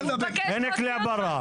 ברא.